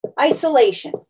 isolation